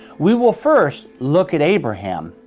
we will first look at abraham,